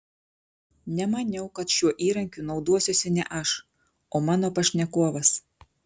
nemaniau kad šiuo įrankiu naudosiuosi ne aš o mano pašnekovas